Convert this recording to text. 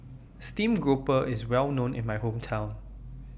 Steamed Grouper IS Well known in My Hometown